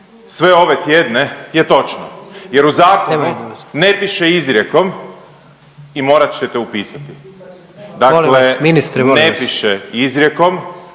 sve ove tjedne je točno jer u zakonu ne piše izrijekom i morat ćete upisati. Dakle .../Upadica